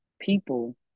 people